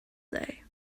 day